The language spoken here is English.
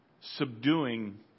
subduing